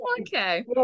okay